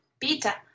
pizza